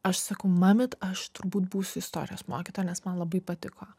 aš sakau mamyt aš turbūt būsiu istorijos mokytoja nes man labai patiko